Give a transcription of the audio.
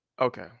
okay